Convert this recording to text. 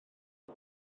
wyt